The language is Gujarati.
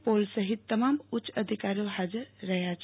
પોલ સહિત તમામ ઉચ્ય અધિકારીઓ હાજર રહ્યા છે